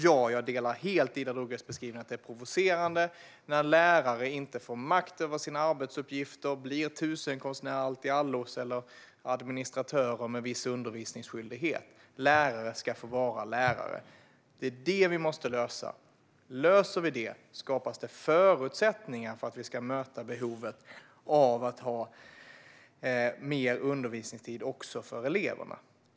Ja, jag delar helt Ida Drougges beskrivning av att det är provocerande när lärare inte får makt över sina arbetsuppgifter utan blir tusenkonstnärer och alltiallon eller administratörer med viss undervisningsskyldighet. Lärare ska få vara lärare. Det är det vi måste lösa. Löser vi det skapas det förutsättningar för att vi ska kunna möta behovet av mer undervisningstid också för eleverna.